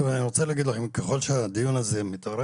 טוב, אני רוצה להגיד לכם, ככל שהדיון הזה מתארך,